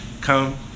Come